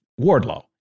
Wardlow